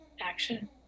action